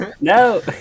No